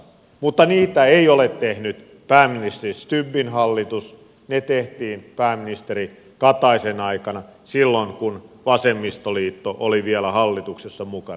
mutta niitä ei ole tehnyt pääministeri stubbin hallitus ne tehtiin pääministeri kataisen aikana silloin kun vasemmistoliitto oli vielä hallituksessa mukana